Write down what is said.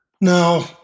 Now